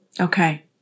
Okay